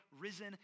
risen